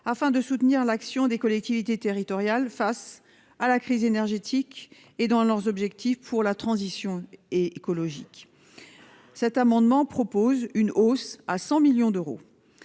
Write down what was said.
afin de soutenir l'action des collectivités territoriales face à la crise énergétique et dans leurs objectifs pour la transition écologique, cet amendement propose une hausse à 100 millions d'euros,